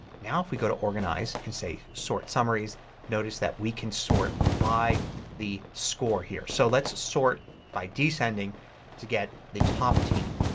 now if we go to organize and say sort summaries notice we can sort by the score here. so let's sort by descending to get the top team.